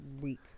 week